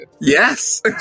Yes